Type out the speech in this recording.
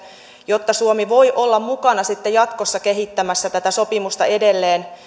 jotta suomi voi olla mukana sitten jatkossa kehittämässä tätä sopimusta edelleen